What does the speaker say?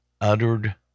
uttered